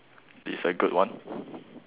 this is a good one